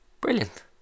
brilliant